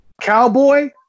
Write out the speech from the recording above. Cowboy